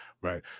right